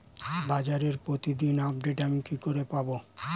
বাজারের প্রতিদিন আপডেট আমি কি করে পাবো?